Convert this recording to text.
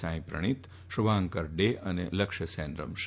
સાંઈ પ્રણીત શુભાંકર ડે અને લક્ષ્ય સેન રમશે